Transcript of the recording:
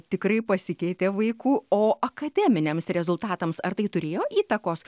tikrai pasikeitė vaikų o akademiniams rezultatams ar tai turėjo įtakos